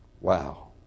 Wow